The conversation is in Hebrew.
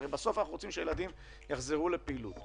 הרי בסוף אנחנו רוצים שהילדים יחזרו לפעילות.